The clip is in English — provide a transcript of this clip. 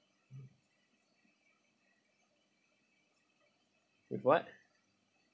with what